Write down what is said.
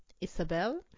Isabel